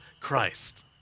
Christ